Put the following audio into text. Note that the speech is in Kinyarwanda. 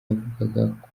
yavugaga